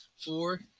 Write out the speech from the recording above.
Four